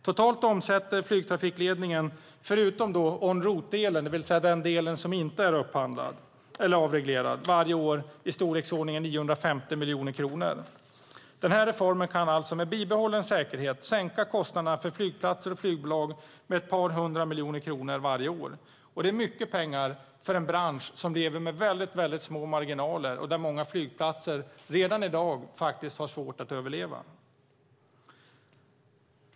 Totalt omsätter flygtrafikledningen, förutom en-route-delen, det vill säga den del som inte är avreglerad, varje år i storleksordningen 950 miljoner kronor. Reformen kan alltså med bibehållen säkerhet sänka kostnaderna för flygplatser och flygbolag med ett par hundra miljoner kronor varje år. Det är mycket pengar för en bransch som lever med väldigt små marginaler. Många flygplatser har redan i dag svårt att överleva.